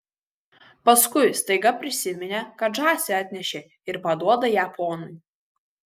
paskui staiga prisiminė kad žąsį atnešė ir paduoda ją ponui